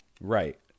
right